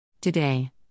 Today